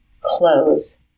close